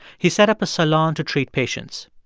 he set up a salon to treat patients.